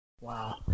Wow